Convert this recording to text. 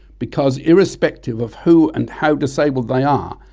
because irrespective of who and how disabled they are,